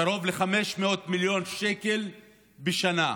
קרוב ל-500 מיליון שקל בשנה.